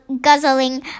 guzzling